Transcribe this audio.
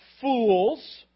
fools